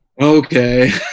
okay